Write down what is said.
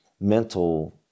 mental